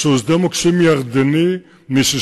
שהוא שדה מוקשים ירדני מ-1967.